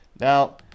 Now